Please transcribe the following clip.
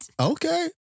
Okay